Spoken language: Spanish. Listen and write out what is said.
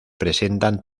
presentan